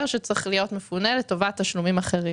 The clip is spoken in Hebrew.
שצריך להיות מפונה לטובת תשלומים אחרים.